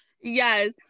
Yes